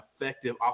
effective